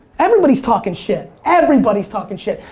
everybody's talkin' shit. everybody's talkin' shit.